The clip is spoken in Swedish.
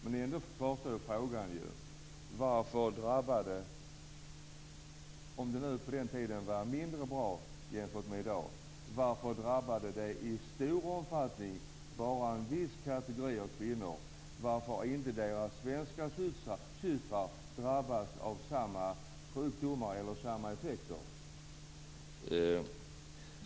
Men ändå kvarstår frågan: Om nu arbetsmiljön då var mindre bra jämfört med i dag, varför drabbade det i så stor omfattning bara en viss kategori kvinnor? Varför drabbades inte deras svenska systrar av samma effekter?